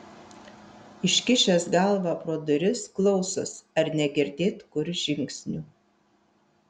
iškišęs galvą pro duris klausos ar negirdėt kur žingsnių